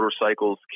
motorcycles